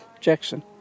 Jackson